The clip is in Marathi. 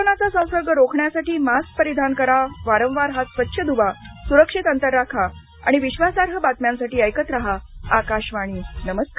कोरोनाचा संसर्ग रोखण्यासाठी मासक परिधान करा वारंवार हात स्वच्छ धुवा सुरक्षित अंतर राख आणि विश्वासार्ह बातम्यांसाठी ऐकत राहा आकाशवाणी नमस्कार